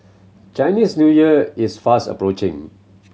Chinese New Year is fast approaching